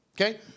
okay